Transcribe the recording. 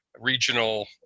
regional